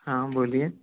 हाँ बोलिए